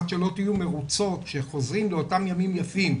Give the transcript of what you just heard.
עד שלא תהיו מרוצות שחוזרים לאותם ימים יפים,